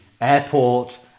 airport